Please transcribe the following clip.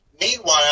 Meanwhile